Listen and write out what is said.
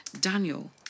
daniel